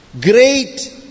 Great